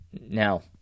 now